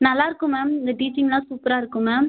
நல்லாயிருக்கும் மேம் இங்கே டீச்சிங்குலாம் சூப்பராக இருக்கும் மேம்